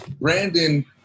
Brandon